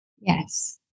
Yes